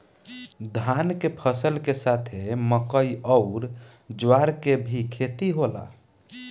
धान के फसल के साथे मकई अउर ज्वार के भी खेती होला